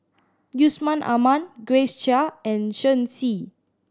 Yusman Aman Grace Chia and Shen Xi